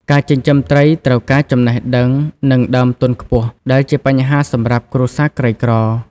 ការចិញ្ចឹមត្រី ត្រូវការចំណេះដឹងនិងដើមទុនខ្ពស់ ដែលជាបញ្ហាសម្រាប់គ្រួសារក្រីក្រ។